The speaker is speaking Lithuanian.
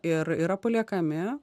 ir yra paliekami